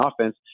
offense